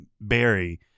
Barry